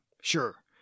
Sure